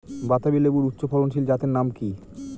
বাতাবি লেবুর উচ্চ ফলনশীল জাতের নাম কি?